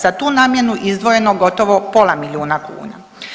Za tu namjenu izdvojeno gotovo pola milijuna kuna.